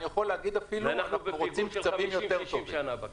אני יכול להגיד שאנחנו אפילו רוצים קצבים יותר טובים.